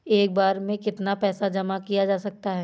एक बार में कितना पैसा जमा किया जा सकता है?